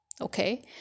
Okay